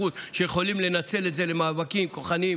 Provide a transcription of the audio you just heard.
שיכולים לנצל את זה למאבקים כוחניים,